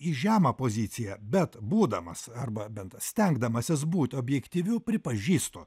į žemą poziciją bet būdamas arba bent stengdamasis būt objektyviu pripažįstu